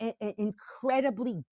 incredibly